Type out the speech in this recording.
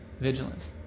vigilance